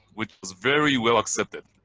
which was very well accepted.